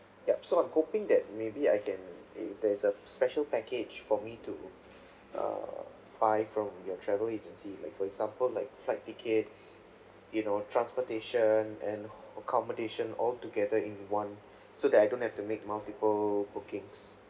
yup so I'm hoping that maybe I can if there is a special package for me to err buy from your travel agency like for example like flight tickets you know transportation and accommodation altogether in one so that I don't have to make multiple bookings